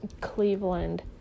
Cleveland